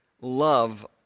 love